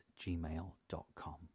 gmail.com